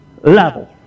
level